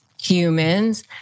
humans